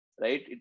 Right